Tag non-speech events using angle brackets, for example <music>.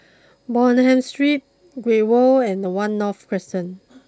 Bonham Street Great World and one North Crescent <noise>